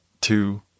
two